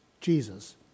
Jesus